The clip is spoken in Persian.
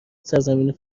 سرزمین